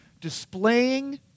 displaying